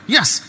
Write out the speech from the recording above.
Yes